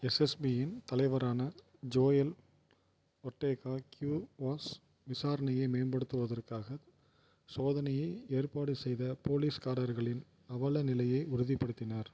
எஸ்எஸ்பியின் தலைவரான Joel Ortega Cuevas விசாரணையை மேம்படுத்துவதற்காக சோதனையை ஏற்பாடு செய்த போலீஸ்காரர்களின் அவலநிலையை உறுதிப்படுத்தினார்